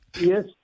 Yes